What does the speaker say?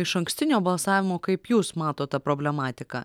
išankstinio balsavimo kaip jūs matot tą problematiką